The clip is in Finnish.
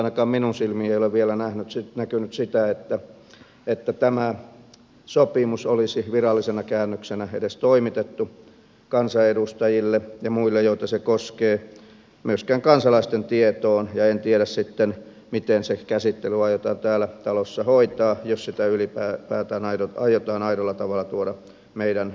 ainakaan minun silmiini ei ole vielä näkynyt sitä että tämä sopimus olisi virallisena käännöksenä edes toimitettu kansanedustajille ja muille joita se koskee myöskään kansalaisten tietoon ja en tiedä sitten miten se käsittely aiotaan täällä talossa hoitaa jos sitä ylipäätään aiotaan aidolla tavalla tuoda meidän pohdittavaksemme